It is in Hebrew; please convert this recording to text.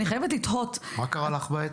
אני חייבת לתהות, מה שאני